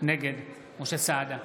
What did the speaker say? נגד משה סעדה,